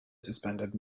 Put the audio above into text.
suspended